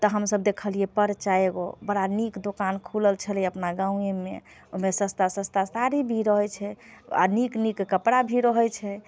तऽ हमसब देखलिए परचा एगो बड़ा नीक दोकान खुलल छलै अपना गामेमे ओहिमे सस्ता सस्ता साड़ी भी रहै छै आओर नीक कपड़ा भी रहै छै